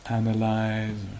analyze